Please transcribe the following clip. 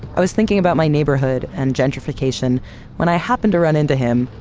i was thinking about my neighborhood and gentrification when i happened to run into him,